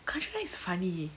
kanchana is funny